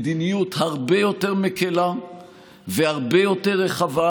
מדיניות הרבה יותר מקילה והרבה יותר רחבה,